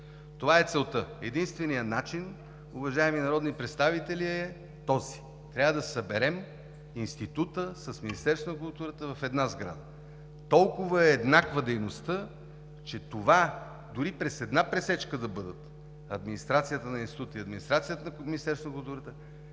Това е целта. Единственият начин, уважаеми народни представители, е този – трябва да съберем Института с Министерството на културата в една сграда. Толкова е еднаква дейността, че това дори през една пресечка да бъдат – администрацията на Института и администрацията на Министерството на културата,